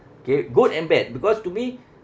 K good and bad because to me